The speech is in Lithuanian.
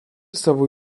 savo